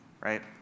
right